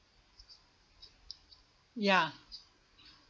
ya